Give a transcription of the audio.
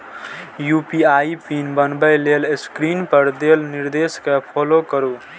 UPI PIN बनबै लेल screen पर देल निर्देश कें फॉलो करू